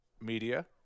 media